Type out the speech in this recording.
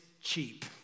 cheap